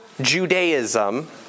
Judaism